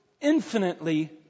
infinitely